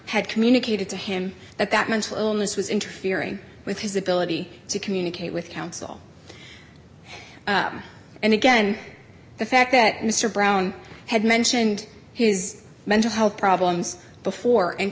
had communicated to him that that mental illness was interfering with his ability to communicate with counsel and again the fact that mr brown had mentioned his mental health problems before and